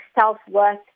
self-worth